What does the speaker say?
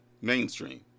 mainstream